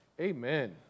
Amen